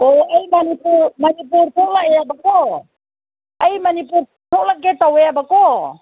ꯑꯣ ꯑꯩ ꯃꯅꯤꯄꯨꯔ ꯃꯅꯤꯄꯨꯔꯗ ꯂꯩꯌꯦꯕꯀꯣ ꯑꯩ ꯃꯅꯤꯄꯨꯔ ꯊꯣꯛꯂꯛꯀꯦ ꯇꯧꯋꯦꯕꯀꯣ